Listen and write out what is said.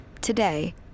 Today